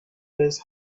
his